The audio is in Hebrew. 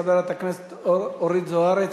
חברת הכנסת אורית זוארץ.